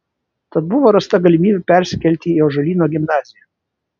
tad buvo rasta galimybė persikelti į ąžuolyno gimnaziją